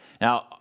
Now